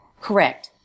Correct